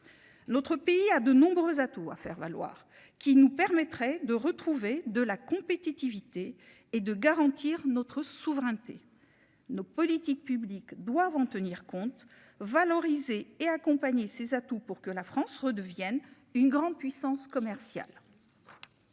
Notre pays a de nombreux atouts à faire valoir qui nous permettrait de retrouver de la compétitivité et de garantir notre souveraineté nos politiques publiques doivent en tenir compte, valoriser et accompagner ses atouts pour que la France redevienne une grande puissance commerciale.